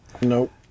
Nope